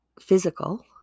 physical